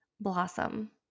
Blossom